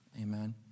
amen